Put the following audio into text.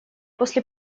после